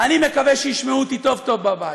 אני מקווה שישמעו אותי טוב טוב בבית: